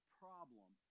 problem